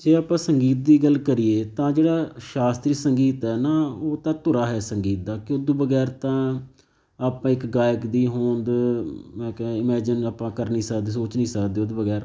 ਜੇ ਆਪਾਂ ਸੰਗੀਤ ਦੀ ਗੱਲ ਕਰੀਏ ਤਾਂ ਜਿਹੜਾ ਸ਼ਾਸਤਰੀ ਸੰਗੀਤ ਹੈ ਨਾ ਉਹ ਤਾਂ ਧੁਰਾ ਹੈ ਸੰਗੀਤ ਦਾ ਕਿ ਉਹ ਤੋਂ ਬਗੈਰ ਤਾਂ ਆਪਾਂ ਇੱਕ ਗਾਇਕ ਦੀ ਹੋਂਦ ਮੈਂ ਕਿਹਾ ਇਮੈਜਨ ਆਪਾਂ ਕਰ ਨਹੀਂ ਸਕਦੇ ਸੋਚ ਨਹੀਂ ਸਕਦੇ ਉਹਦੇ ਬਗੈਰ